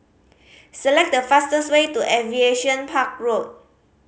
select the fastest way to Aviation Park Road